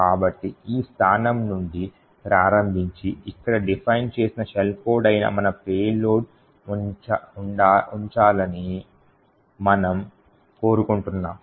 కాబట్టి ఈ స్థానం నుండి ప్రారంభించి ఇక్కడ డిఫైన్ చేసిన షెల్ కోడ్ అయిన మన పేలోడ్ ఉండాలని మనము కోరుకుంటున్నాము